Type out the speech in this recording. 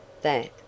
that